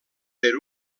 per